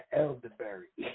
elderberry